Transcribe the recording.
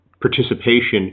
participation